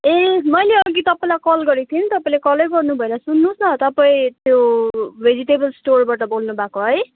ए मैले अघि तपाईँलाई कल गरेको थिएँ नि तपाईँले कलै गर्नु भएन सुन्नुहोस् न तपाईँ त्यो भेजिटेबल्स स्टोरबाट बोल्नु भएको है